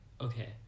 okay